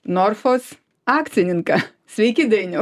norfos akcininką sveiki dainiau